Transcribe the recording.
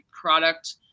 product